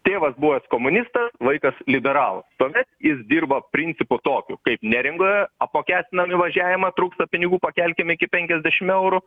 tėvas buvęs komunistas vaikas liberalas tuomet jis dirba principu tokiu kaip neringoje apmokestinam važiavimą trūksta pinigų pakelkim iki penkiasdešim eurų